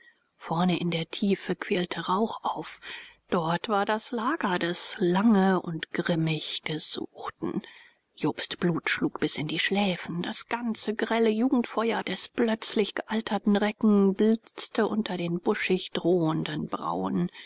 vorne in der tiefe quirlte rauch auf dort war das lager des lange und grimmig gesuchten jobsts blut schlug bis in die schläfen das ganze grelle jugendfeuer des plötzlich gealterten recken blitzte unter den buschig drohenden brauen